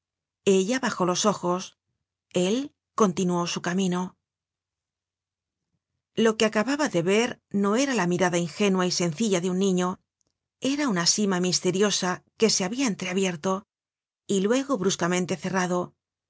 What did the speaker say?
ella bajó los ojos él continuó su camino lo que acababa de ver no era la mirada ingénua y sencilla de un niño era una sima misteriosa que se habia entreabierto y luego bruscamente cerrado